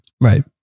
Right